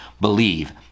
believe